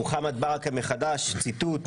מוחמד ברכה מחדש, ציטוט: